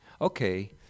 Okay